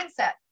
mindset